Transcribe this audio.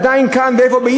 עדיין כאן, ואיפה?